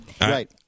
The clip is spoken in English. Right